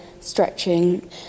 stretching